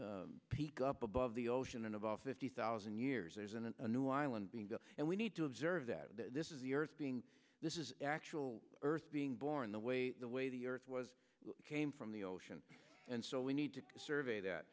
ck up above the ocean of all fifty thousand years there's a new island being built and we need to observe that this is the earth being this is actual earth being born the way the way the earth was came from the ocean and so we need to survey that